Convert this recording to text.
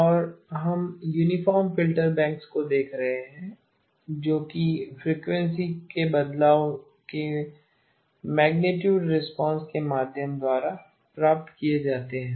और हम uniform filter banks को देख रहे हैं जो कि फ्रीक्वेंसी के बदलाव के मैगनीट्यूड रिस्पांस के माध्यम द्वारा प्राप्त किए जाते हैं